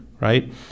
right